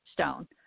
stone